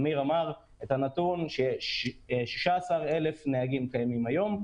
אמיר אמר את הנתון 16,000 נהגים קיימים היום,